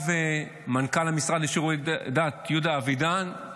שבה ישב מנכ"ל המשרד לשירותי דת יהודה אבידן, ואללה,